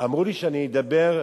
אמרו לי שאני אדבר,